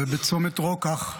ובצומת רוקח,